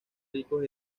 ricos